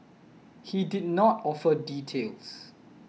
he did not offer details